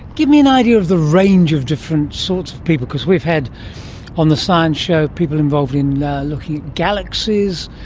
give me an idea of the range of different sorts of people. because we've had on the science show people involved in looking at galaxies,